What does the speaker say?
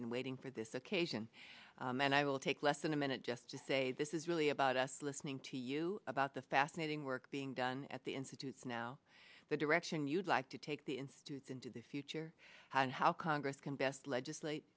been waiting for this occasion and i will take less than a minute just to say this is really about us listening to you about the fascinating work being done at the institutes now the direction you'd like to take the institute into the future and how congress can best legislate